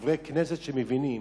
חברי כנסת שמבינים